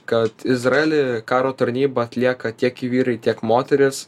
kad izraely karo tarnybą atlieka tiek vyrai tiek moterys